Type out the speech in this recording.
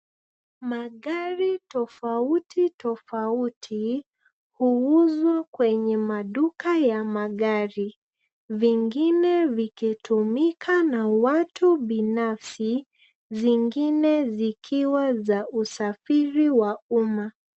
Magari tofautitofauti, huuzwa kwenye maduka ya magari. Vingine vikitumika na watu binafsi, zingine zikiwa za usafiri wa umma.